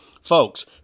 Folks